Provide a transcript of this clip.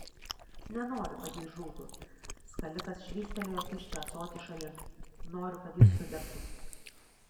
nenoriu kad jis žūtų skalikas švystelėjo tuščią ąsotį šalin noriu kad jis sudegtų